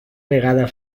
vegada